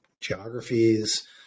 geographies